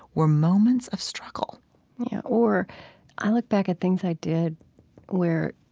were moments of struggle or i look back at things i did where,